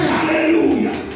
Hallelujah